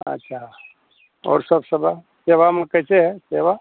अच्छा और सब सबा सेवा में कैसे है सेवा